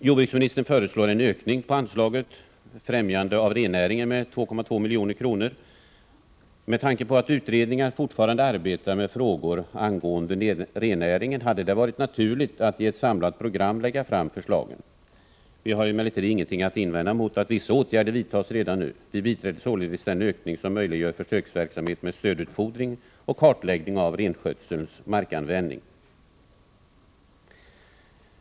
Jordbruksministern föreslår en ökning på anslaget Främjande av rennäringen med 2,2 milj.kr. Med tanke på att utredningar fortfarande arbetar med frågor angående rennäringen hade det varit naturligt att i ett samlat program lägga fram förslagen. Vi har emellertid ingenting att invända mot att vissa åtgärder vidtas redan nu. Vi biträder således den ökning som möjliggör försöksverksamhet med stödutfodring och kartläggning av renskötselns markanvändning.